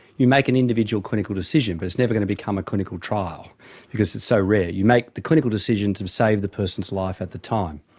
you make an individual clinical decision, but it's never going to become a clinical trial because it's so rare. you make the clinical decision to save the person's life at the time.